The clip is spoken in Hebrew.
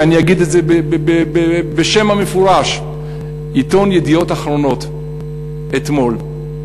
ואגיד את זה בשם המפורש: עיתון "ידיעות אחרונות" אתמול,